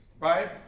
right